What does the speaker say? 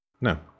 No